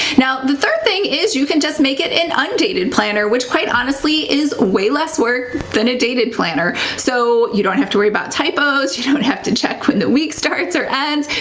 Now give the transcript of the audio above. now, the third thing is you can just make it an undated planner, which quite honestly is way less work than a dated planner. so you don't have to worry about typos. you don't have to check when the week starts or ends.